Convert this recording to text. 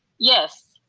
yes?